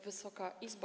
Wysoka Izbo!